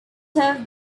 served